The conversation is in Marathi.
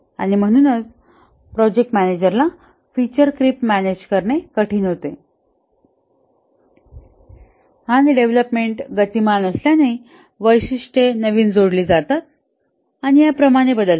आणि म्हणूनच प्रोजेक्ट मॅनेजरला फिचर क्रीप मॅनेज करणे कठीण होते आणि डेव्हलपमेंट गतिमान असल्याने वैशिष्ट्ये नवीन जोडली जातात आणि याप्रमाणे बदलतात